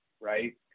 right